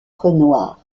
renoir